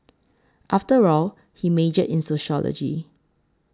after all he majored in sociology